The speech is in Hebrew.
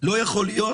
לא יכול להיות